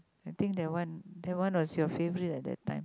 I think that one that one was your favorite at that time